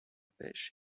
pêche